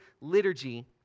liturgy